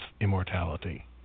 immortality